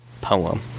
poem